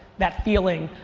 that feeling,